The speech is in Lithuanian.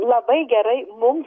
labai gerai mum